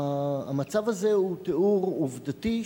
המצב הזה הוא תיאור עובדתי,